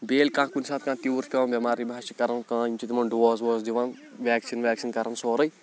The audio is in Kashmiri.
بیٚیہِ ییٚلہِ کانٛہہ کُنہِ ساتہٕ کانٛہہ تیوٗر چھِ پٮ۪وان بٮ۪مار یِم حظ چھِ کَران کٲم یِم چھِ تِمَن ڈوز ووز دِوان وٮ۪کسیٖن وٮ۪کسیٖن کَران سورُے